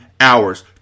hours